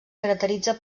caracteritza